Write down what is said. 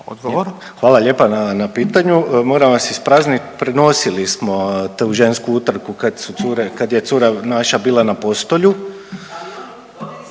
Hvala lijepa na pitanju. Moram vas ispraznit prenosili smo tu žensku utrku kad su cure, kad je cura naša bila na postolju